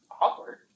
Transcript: awkward